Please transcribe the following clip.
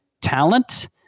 talent –